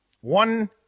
One